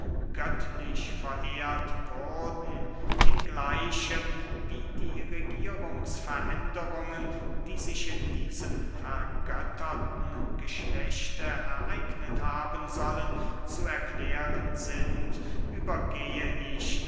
göttlich verehrt wurden ingleichem wie die regierungsveränderungen die sich in diesem vergötterten geschlechte ereignet haben sollen zu erklären sind übergehe ich